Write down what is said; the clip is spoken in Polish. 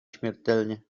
śmiertelnie